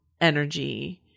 energy